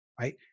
Right